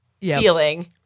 feeling